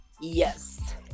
Yes